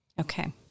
Okay